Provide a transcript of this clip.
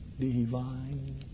divine